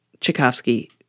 Tchaikovsky